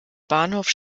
bahnhof